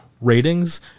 ratings